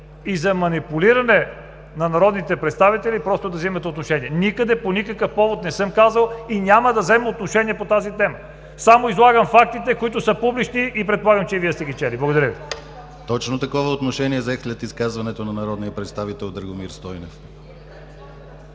и за манипулиране на народните представители, да взимате отношение. Никъде по никакъв повод не съм казал и няма да взема отношение по тази тема. Само излагам фактите, които са публични и предполагам, че и Вие сте ги чели. Благодаря Ви. ПРЕДСЕДАТЕЛ ДИМИТЪР ГЛАВЧЕВ: Точно такова отношение взех след изказването на народния представител Драгомир Стойнев.